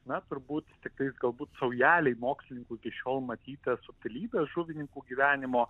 na turbūt tiktai galbūt saujelei mokslininkų iki šiol matytas subtilybes žuvininkų gyvenimo